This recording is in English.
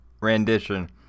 rendition